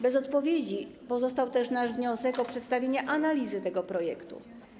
Bez odpowiedzi pozostał też nasz wniosek o przedstawienie analizy tego projektu.